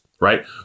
right